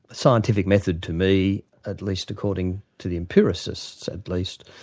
scientific method to me at least according to the empiricits at least,